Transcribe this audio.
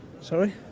Sorry